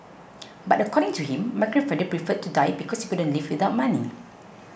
but according to him my grandfather preferred to die because he couldn't live without money